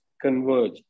converge